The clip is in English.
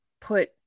put